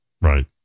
Right